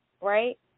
right